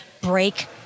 Break